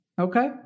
Okay